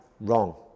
wrong